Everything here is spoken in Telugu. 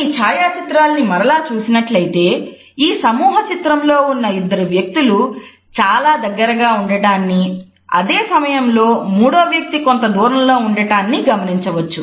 మనం ఈ ఛాయా చిత్రాన్ని మరల చూసినట్లయితే ఈ సమూహచిత్రం లో ఉన్న ఇద్దరు వ్యక్తులు చాలా దగ్గరగా ఉండటాన్ని అదే సమయంలో మూడో వ్యక్తి కొంత దూరంలో ఉండటాన్నిగమనించవచ్చు